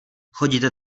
chodíte